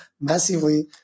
massively